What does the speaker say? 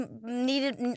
needed